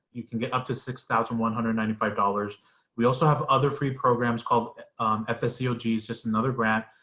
you can get up to six thousand one hundred ninety five dollars, we also have other free programs called ah fseog is just another grant,